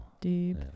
Deep